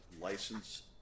license